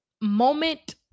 moment